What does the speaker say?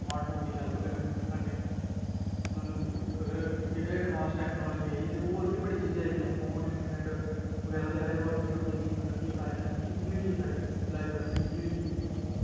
smartphone दी help कन्नै जेह्ड़े एड़वांस टेक्नोलॉज़ी आई गेदी होर बी बड़ी चीज़ां आई गेइयां फोन इंटरनेट बगैरा आए मतलब होर बी बड़ी अच्छी आइयां ईजी होई बड़ी लाईफ बड़ी ईजी होई